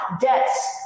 Debts